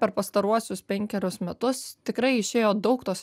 per pastaruosius penkerius metus tikrai išėjo daug tos